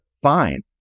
Fine